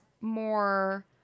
more